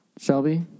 Shelby